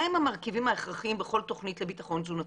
מה הם המרכיבים ההכרחיים בכל תוכנית לביטחון תזונתי?